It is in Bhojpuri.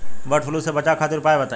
वड फ्लू से बचाव खातिर उपाय बताई?